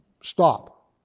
stop